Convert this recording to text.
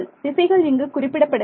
திசைகள் இங்கு குறிப்பிட படவில்லை